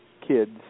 kids